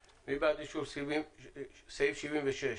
76,